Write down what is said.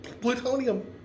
plutonium